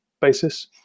basis